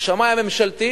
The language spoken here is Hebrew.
השמאי הממשלתי,